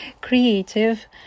creative